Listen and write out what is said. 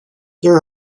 there